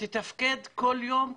שתתפקד כל יום,